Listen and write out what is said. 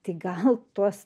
tai gal tos